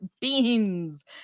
beans